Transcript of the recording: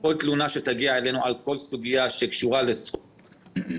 כל תלונה שתגיע אלינו על כל סוגיה שקשורה בנושא הסחר וההיתרים